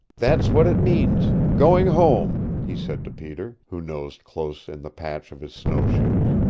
that's what it means, going home he said to peter, who nosed close in the path of his snowshoes.